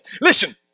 Listen